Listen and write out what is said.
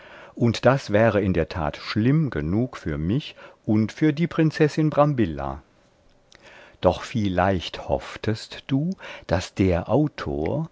und das wäre in der tat schlimm genug für mich und für die prinzessin brambilla doch vielleicht hofftest du daß der autor